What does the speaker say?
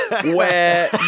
where-